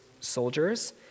soldiers